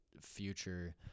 future